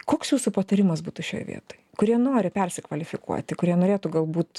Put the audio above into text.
koks jūsų patarimas būtų šioje vietoj kurie nori persikvalifikuoti kurie norėtų galbūt